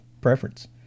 preference